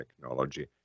technology